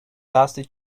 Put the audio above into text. dusty